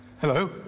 Hello